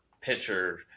pitcher